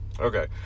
okay